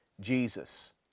Jesus